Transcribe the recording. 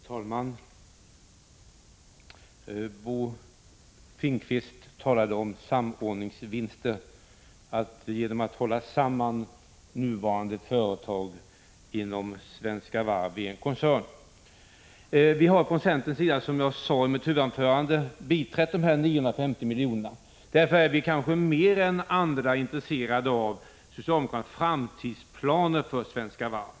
Fru talman! Bo Finnkvist sade att det skulle kunna bli samordningsvinster genom att man håller samman de företag som nu finns inom Svenska Varv i en koncern. Vi har från centerns sida, som jag sade i mitt huvudanförande, biträtt förslaget om ett kapitaltillskott av 950 milj.kr. Därför är vi kanske mera än andra intresserade av socialdemokraternas framtidsplaner för Svenska Varv.